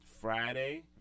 Friday